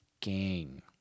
Gang